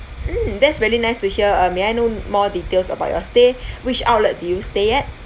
mm that's very nice to hear uh may I know more details about your stay which outlet did you stay at